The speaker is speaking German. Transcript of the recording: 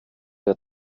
der